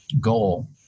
goal